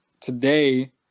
today